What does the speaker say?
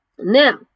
Now